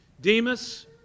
Demas